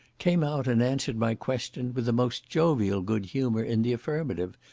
came out and answered my question with the most jovial good humour in the affirmative,